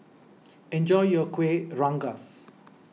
enjoy your Kueh Rengas